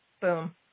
Boom